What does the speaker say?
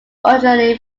originally